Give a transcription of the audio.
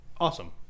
Awesome